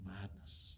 madness